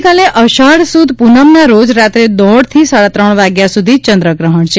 આવતીકાલે અષાઢ સુદ પુનમનાં રોજ રાત્રે દોઢથી સાડાત્રણ વાગ્યા સુધી ચંદ્ર ગ્રહણ છે